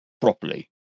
properly